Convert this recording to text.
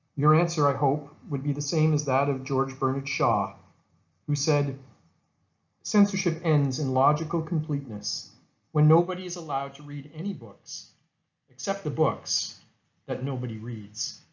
your answer, i hope, would be the same as that of george bernard shaw who said censorship ends in logical completeness when nobody is allowed to read any books except the books that nobody reads.